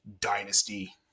dynasty